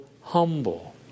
humble